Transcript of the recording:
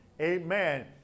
amen